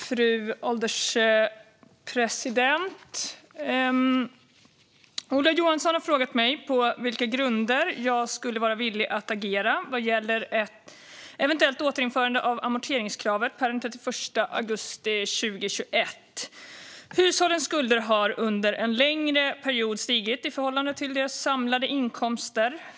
Fru ålderspresident! Ola Johansson har frågat mig på vilka grunder jag skulle vara villig att agera vad gäller ett eventuellt återinförande av amorteringskravet per den 31 augusti 2021. Hushållens skulder har under en längre period stigit i förhållande till deras samlade inkomster.